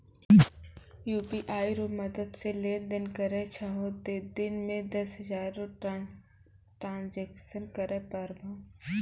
UPI रो मदद से लेनदेन करै छहो तें दिन मे दस हजार रो ट्रांजेक्शन करै पारभौ